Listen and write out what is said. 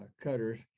cutters